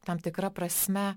tam tikra prasme